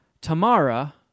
Tamara